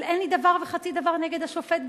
אבל אין לי דבר וחצי דבר נגד השופט גרוניס.